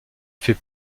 fait